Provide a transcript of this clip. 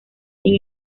sin